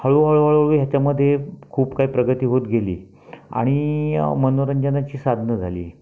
हळूहळू हळूहळू ह्याच्यामध्ये खूप काही प्रगती होत गेली आणि मनोरंजनाची साधनं झाली